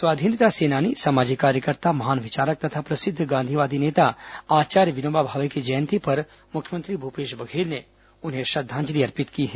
स्वाधीनता सेनानी सामाजिक कार्यकर्ता महान विचारक तथा प्रसिद्ध गांधीवादी नेता आचार्य विनोबा भावे की जयंती पर मुख्यमंत्री भूपेश बघेल उन्हें श्रद्वांजलि अर्पित की है